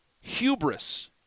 Hubris